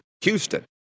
Houston